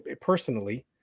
personally